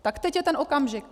Tak teď je ten okamžik.